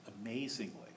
amazingly